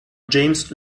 james